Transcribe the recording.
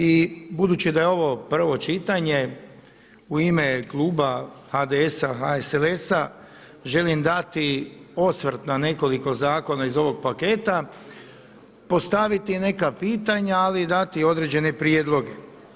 I budući da je ovo prvo čitanje u ime kluba HDS-a, HSLS-a želim dati osvrt na nekoliko zakona iz ovog paketa, postaviti neka pitanja ali i dati određene prijedloge.